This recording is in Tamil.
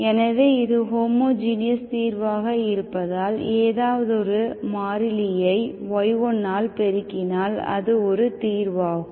எனவே இது ஹோமோஜீனியஸ் தீர்வாக இருப்பதால்ஏதாவதொரு மாறிலியை y1ஆல் பெருக்கினால் அது ஒரு தீர்வாகும்